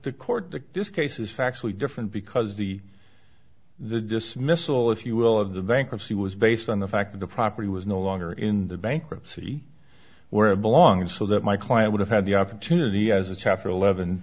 this case is factually different because the the dismissal if you will of the bankruptcy was based on the fact that the property was no longer in the bankruptcy where it belonged so that my client would have had the opportunity as a chapter eleven